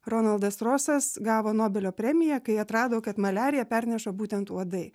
ronaldas trosas gavo nobelio premiją kai atrado kad maliariją perneša būtent uodai